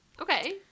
Okay